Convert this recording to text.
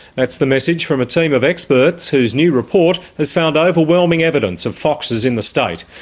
that's the message from a team of experts whose new report has found overwhelming evidence of foxes in the state.